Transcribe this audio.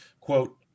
quote